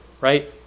right